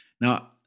Now